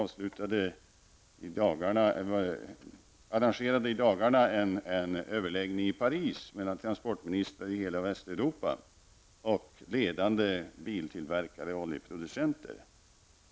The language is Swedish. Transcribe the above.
Vi arrangerade i dagarna en överläggning i Paris mellan transportministrar i hela Västeuropa och ledande biltillverkare och oljeproducenter.